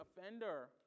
offender